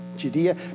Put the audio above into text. Judea